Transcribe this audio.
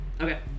Okay